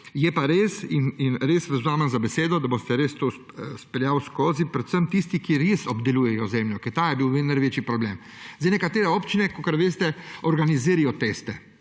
Je pa res – in res vas vzamem za besedo, da boste to izpeljali – da predvsem tisti, ki res obdelujejo zemljo, ker pri teh je bil največji problem. Nekatere občine, kakor veste, organizirajo teste.